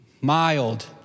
mild